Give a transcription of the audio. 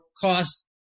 cost